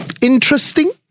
interesting